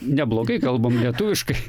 neblogai kalbam lietuviškai